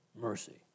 mercy